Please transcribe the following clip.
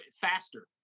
faster